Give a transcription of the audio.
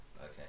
Okay